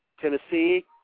Tennessee